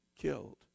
killed